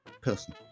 person